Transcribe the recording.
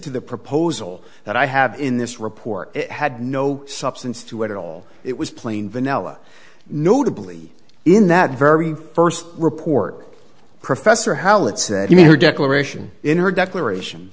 to the proposal that i have in this report it had no substance to it at all it was plain vanilla notably in that very first report professor hallett said your declaration in her declaration